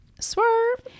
Swerve